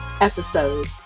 episode